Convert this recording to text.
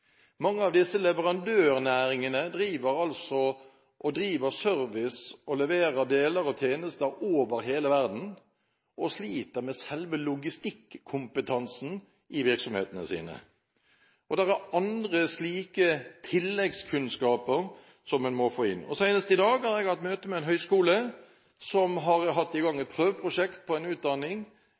Mange av leverandørnæringene driver service og leverer deler og tjenester over hele verden og sliter med selve logistikkompetansen i virksomhetene sine. Det er andre slike tilleggskunnskaper som en må få inn. Senest i dag har jeg hatt møte med en høyskole som har satt i gang et prøveprosjekt på en utdanning,